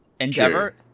Endeavor